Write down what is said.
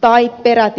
tai peräti vakinaistaa se